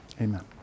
Amen